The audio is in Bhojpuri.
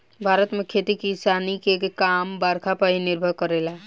भारत में खेती किसानी के काम बरखा पर ही निर्भर करेला